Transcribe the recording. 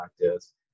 practice